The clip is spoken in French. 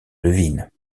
devine